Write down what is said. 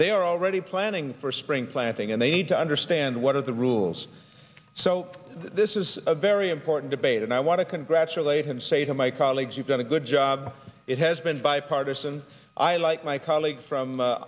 they are already planning for spring planting and they need to understand what are the rules so this is a very important debate and i want to congratulate and say to my colleagues you've got a good job it has been bipartisan i like my colleague from